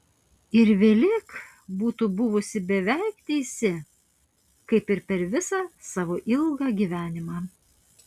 ir vėlek būtų buvusi beveik teisi kaip ir per visą savo ilgą gyvenimą